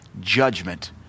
judgment